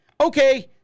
okay